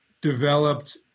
developed